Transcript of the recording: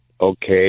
Okay